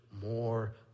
more